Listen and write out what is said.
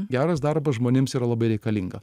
geras darbas žmonėms yra labai reikalinga